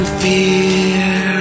fear